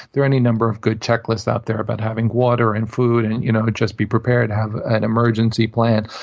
there are any number of good checklists out there about having water and food and you know but just be prepared. have an emergency plan.